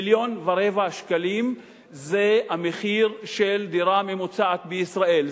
1.4 מיליון שקלים זה המחיר של דירה ממוצעת בישראל,